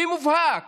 במובהק